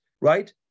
right